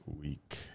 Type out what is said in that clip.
week